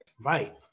right